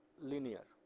linear,